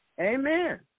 Amen